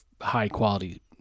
high-quality